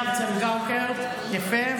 על עינב צנגאוקר, יפה.